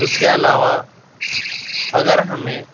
اس کے علاوہ اگر ہمیں